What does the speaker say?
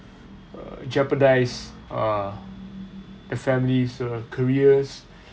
err jeopardize uh the family's careers